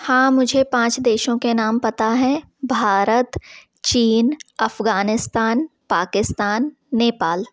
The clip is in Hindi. हाँ मुझे पाँच देशों के नाम पता है भारत चीन अफ़ग़ानिस्तान पाकिस्तान नेपाल